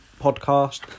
podcast